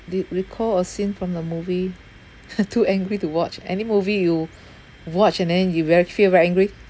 did recall a scene from the movie too angry to watch any movie you watched and then you very feel very angry